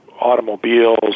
automobiles